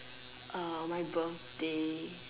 ah my birthday